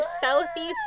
Southeast